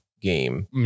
game